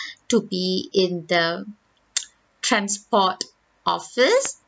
to be in the transport office